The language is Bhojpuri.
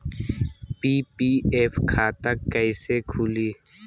पी.पी.एफ खाता कैसे खुली?